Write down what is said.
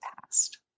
past